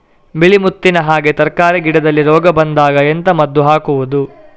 ಬಿಳಿ ಮುತ್ತಿನ ಹಾಗೆ ತರ್ಕಾರಿ ಗಿಡದಲ್ಲಿ ರೋಗ ಬಂದಾಗ ಎಂತ ಮದ್ದು ಹಾಕುವುದು?